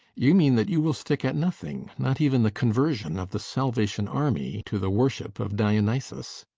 you mean that you will stick at nothing not even the conversion of the salvation army to the worship of dionysos.